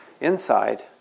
inside